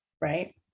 Right